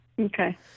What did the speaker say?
Okay